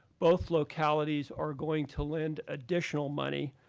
both localities are going to lend additional money.